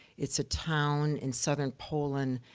it's a town in southern poland,